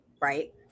right